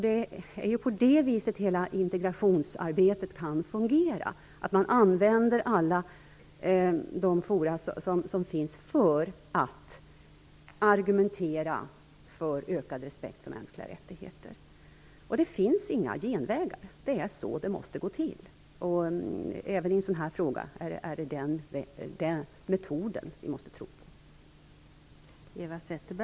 Det är på det viset hela integrationsarbetet kan fungera: genom att vi använder alla de fora som finns för att argumentera för ökad respekt för mänskliga rättigheter. Det finns inga genvägar! Det är så det måste gå till. Även i en sådan här fråga är det den metoden vi måste tro på.